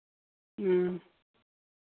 ᱦᱮᱸ